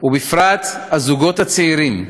ובפרט הזוגות הצעירים,